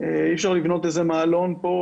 אי אפשר לבנות איזה מעלון פה,